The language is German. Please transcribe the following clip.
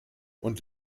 und